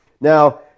Now